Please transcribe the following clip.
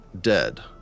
dead